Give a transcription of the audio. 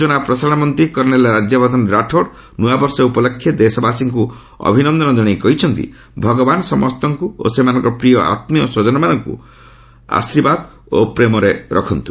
ସୂଚନା ଓ ପ୍ରସାରଣ ମନ୍ତ୍ରୀ କର୍ଷ୍ଣେଲ୍ ରାଜ୍ୟବଦ୍ଧନ ରାଠୋଡ୍ ନ୍ତଆବର୍ଷ ଉପଲକ୍ଷେ ଦେଶବାସୀଙ୍କୁ ଅଭିନନ୍ଦନ ଜଣାଇ କହିଛନ୍ତି ଭଗବାନ୍ ସମସ୍ତଙ୍କୁ ଓ ସେମାନଙ୍କର ପ୍ରିୟ ଆତ୍ମୀୟ ସ୍ୱଜନମାନଙ୍କ ଉପରେ ଆଶୀର୍ବାଦ ଓ ପ୍ରେମ ବର୍ଷା କରନ୍ତୁ